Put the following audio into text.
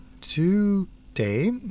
today